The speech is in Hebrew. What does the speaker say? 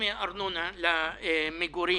בתשלומי הארנונה למגורים.